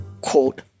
quote